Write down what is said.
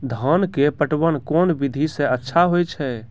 धान के पटवन कोन विधि सै अच्छा होय छै?